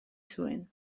zuen